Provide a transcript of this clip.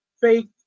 fake